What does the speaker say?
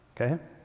Okay